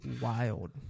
wild